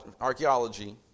archaeology